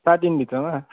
सातदिन भित्रमा